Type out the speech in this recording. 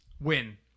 win